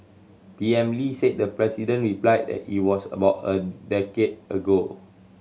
P M Lee said the president replied that it was about a decade ago